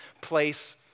place